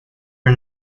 are